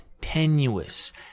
tenuous